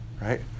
right